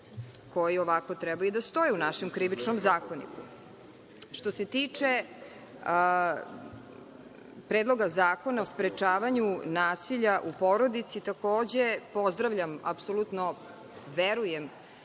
koji ovako treba i da stoje u našem Krivičnom zakoniku. Što se tiče Predloga zakona o sprečavanju nasilja u porodici takođe pozdravljam i verujem